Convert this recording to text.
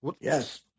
Yes